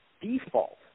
default